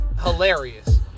hilarious